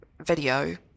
video